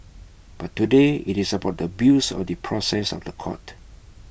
but today IT is about the abuse of the process of The Court